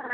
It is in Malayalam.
ആ